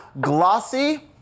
Glossy